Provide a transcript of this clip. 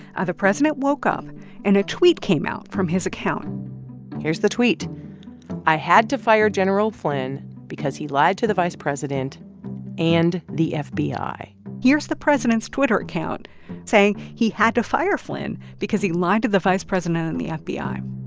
the president woke up and a tweet came out from his account here's the tweet i had to fire general flynn because he lied to the vice president and the fbi here's the president's twitter account saying he had to fire flynn because he lied to the vice president and the fbi.